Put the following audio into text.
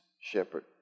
shepherd